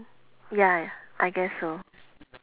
ya I guess so